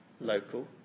local